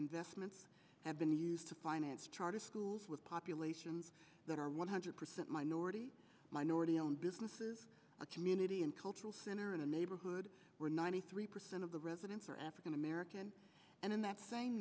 investments have been used to finance charter schools with populations that are one hundred percent minority minority owned businesses a community and cultural center in a neighborhood where ninety three percent of the residents are african american and in that same